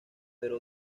pero